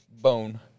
bone